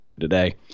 today